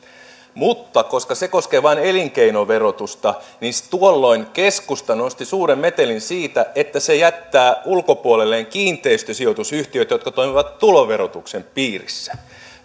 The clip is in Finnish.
mutta koska se koskee vain elinkeinoverotusta niin tuolloin keskusta nosti suuren metelin siitä että se jättää ulkopuolelleen kiinteistösijoitusyhtiöt jotka toimivat tuloverotuksen piirissä